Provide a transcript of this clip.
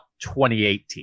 2018